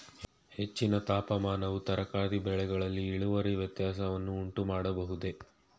ಹೆಚ್ಚಿನ ತಾಪಮಾನವು ತರಕಾರಿ ಬೆಳೆಗಳಲ್ಲಿ ಇಳುವರಿ ವ್ಯತ್ಯಾಸವನ್ನು ಉಂಟುಮಾಡಬಹುದೇ?